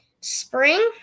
spring